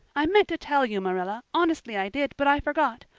i meant to tell you, marilla, honestly i did, but i forgot.